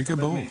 כן, ברור.